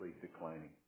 declining